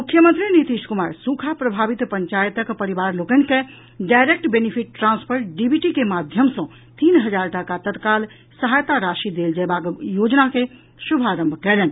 मुख्यमंत्री नीतीश कुमार सूखा प्रभावित पंचायतक परिवार लोकनि के डायरेक्ट बेनीफिट ट्रांसफर डीबीटी के माध्यम सँ तीन हजार टाका तत्काल सहायता राशि देल जयबाक योजना के शुभारंभ कयलनि